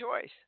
choice